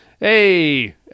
Hey